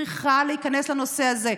צריכה להיכנס לנושא הזה.